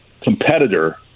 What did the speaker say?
competitor